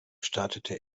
startete